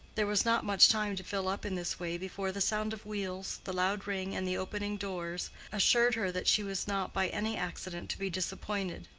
there was not much time to fill up in this way before the sound of wheels, the loud ring, and the opening doors assured her that she was not by any accident to be disappointed.